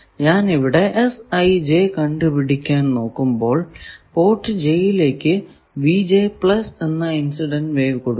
ഞാൻ ഇവിടെ കണ്ടുപിടിക്കാൻ നോക്കുമ്പോൾ പോർട്ട് j യിലേക്ക് എന്ന ഇൻസിഡന്റ് വേവ് കൊടുക്കുക